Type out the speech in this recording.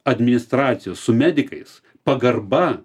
administracijos su medikais pagarba